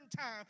time